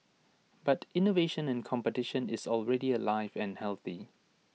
but innovation and competition is already alive and healthy